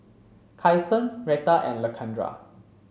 Kyson Retta and Lakendra